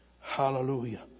Hallelujah